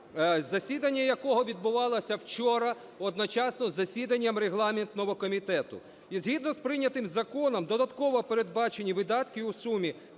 засідання якого відбувалося вчора одночасно із засіданням регламентного комітету. І згідно з прийнятим законом додатково передбачені видатки у сумі